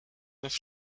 neuf